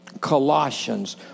Colossians